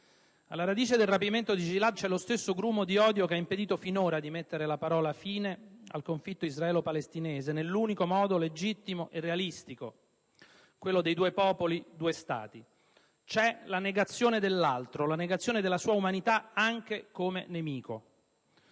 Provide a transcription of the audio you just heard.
Alla radice del rapimento di Gilad c'è lo stesso grumo di odio che ha impedito finora di mettere la parola fine al conflitto israelo-palestinese nell'unico modo legittimo e realistico, quello dei due popoli-due Stati. C'è la negazione dell'altro, la negazione della sua umanità anche come nemico.